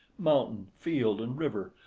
mountain, field, and river,